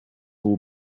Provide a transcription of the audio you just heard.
all